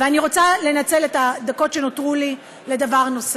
ואני רוצה לנצל את הדקות שנותרו לי לדבר נוסף.